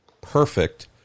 perfect